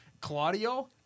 Claudio